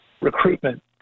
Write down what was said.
recruitment